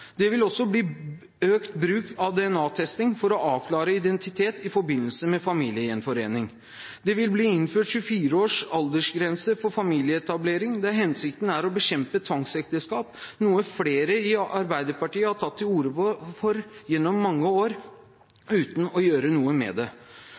Det vil også bli økt bruk av DNA-testing for å avklare identitet i forbindelse med familiegjenforening. Det vil bli innført 24 års aldersgrense for familieetablering der hensikten er å bekjempe tvangsekteskap, noe flere i Arbeiderpartiet har tatt til orde for gjennom mange år,